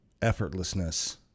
effortlessness